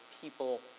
people